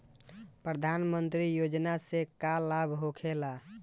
प्रधानमंत्री योजना से का लाभ होखेला?